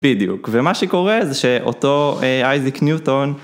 בדיוק, ומה שקורה זה שאותו אייזיק ניוטון